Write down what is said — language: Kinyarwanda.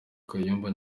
kayumba